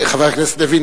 חבר הכנסת לוין,